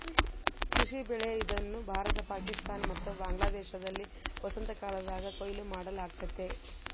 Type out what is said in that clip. ಕೃಷಿ ಬೆಳೆ ಇದನ್ನು ಭಾರತ ಪಾಕಿಸ್ತಾನ ಮತ್ತು ಬಾಂಗ್ಲಾದೇಶದಲ್ಲಿ ವಸಂತಕಾಲದಾಗ ಕೊಯ್ಲು ಮಾಡಲಾಗ್ತತೆ